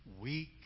weak